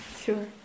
Sure